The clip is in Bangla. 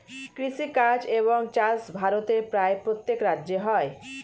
কৃষিকাজ এবং চাষ ভারতের প্রায় প্রত্যেক রাজ্যে হয়